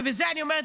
ובזה אני אומרת,